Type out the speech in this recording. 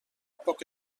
poc